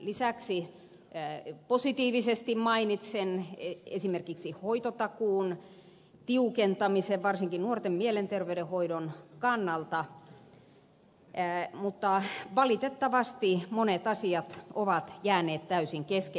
lisäksi positiivisesti mainitsen esimerkiksi hoitotakuun tiukentamisen varsinkin nuorten mielenterveydenhoidon kannalta mutta valitettavasti monet asiat ovat jääneet täysin kesken